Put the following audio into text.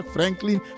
Franklin